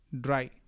dry